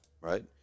right